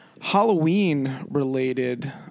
Halloween-related